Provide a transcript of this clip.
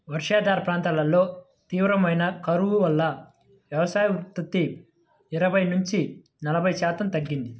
వర్షాధార ప్రాంతాల్లో తీవ్రమైన కరువు వల్ల వ్యవసాయోత్పత్తి ఇరవై నుంచి నలభై శాతం తగ్గింది